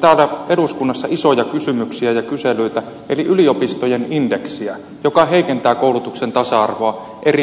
täällä eduskunnassa isoja kysymyksiä ja kyselyitä eli yliopistojen indeksiä joka heikentää koulutuksen tasa arvoa eri puolilla suomea